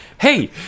hey